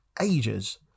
ages